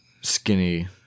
skinny